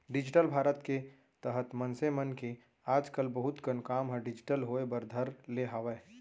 digital Bharat के तहत मनसे मन के आज कल बहुत कन काम ह डिजिटल होय बर धर ले हावय